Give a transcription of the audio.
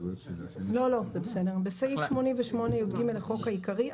21.בסעיף 88יג לחוק העיקרי,